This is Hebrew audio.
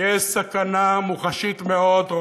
יש סכנה מוחשית מאוד,